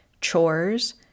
Chores